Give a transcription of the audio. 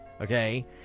okay